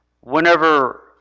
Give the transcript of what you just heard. whenever